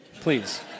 please